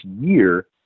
year